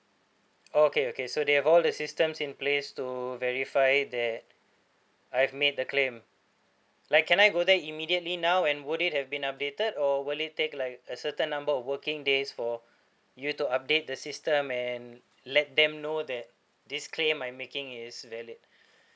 okay okay so they have all the systems in place to verify it there I have made the claim like can I go there immediately now and would it have been updated or will it take like a certain number of working days for you to update the system and let them know that this claim I'm making is valid